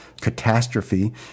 catastrophe